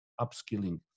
upskilling